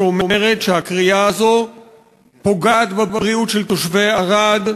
שאומרת שהכרייה הזאת פוגעת בבריאות של תושבי ערד,